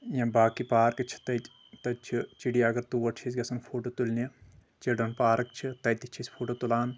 یا باقی پارکہٕ چھ تَتہِ تَتہِ چھ چِڑیا گر تور چھ أسۍ گژھان فوٹو تُلنہِ چِلڈرن پارک چھ تَتہِ تہِ چھ أسۍ فوٹو تُلان